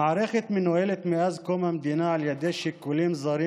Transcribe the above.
המערכת מנוהלת מאז קום המדינה על ידי שיקולים זרים